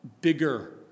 bigger